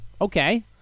Okay